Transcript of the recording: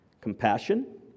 compassion